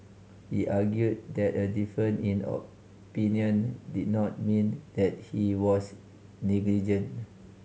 he argued that a difference in opinion did not mean that he was negligent